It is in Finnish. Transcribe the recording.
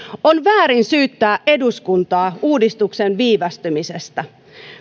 on väärin syyttää eduskuntaa uudistuksen viivästymisestä